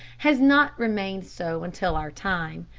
has not remained so until our time.